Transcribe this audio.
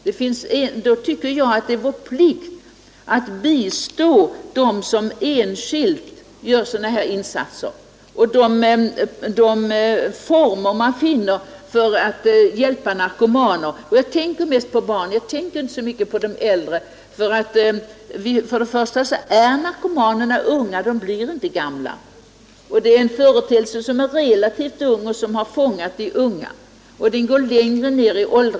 Då är det vår plikt att bistå dem, som enskilt gör sådana här insatser. Jag tänker härvidlag mest på barnen och inte så mycket på de äldre. Narkomanerna är unga och blir aldrig gamla. Narkomanin är en företeelse som är relativt ny och som fångat upp de unga. Vi vet att den går allt.